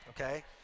Okay